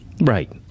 Right